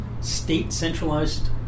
state-centralized